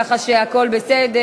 כך שהכול בסדר,